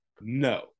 no